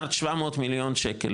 1.700 מיליארד שקל,